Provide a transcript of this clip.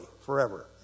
forever